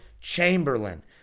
Chamberlain